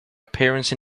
appearance